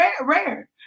rare